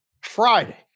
Friday